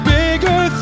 bigger